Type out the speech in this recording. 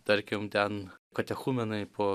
tarkim ten katechumenai po